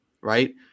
right